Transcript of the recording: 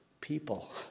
people